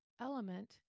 element